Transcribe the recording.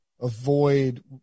avoid